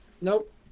Nope